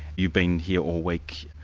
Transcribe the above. you've been here all week,